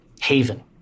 Haven